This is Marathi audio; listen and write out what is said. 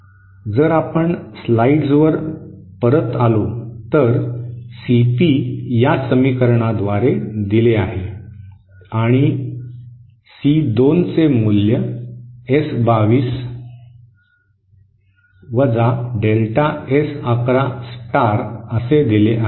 जर आपण स्लाइड्स वर परत आलो तर सीपी या समीकरण द्वारे दिले आहे आणि सी 2 चे मूल्य एस 22 डेल्टा एस 11 स्टार असे दिले आहे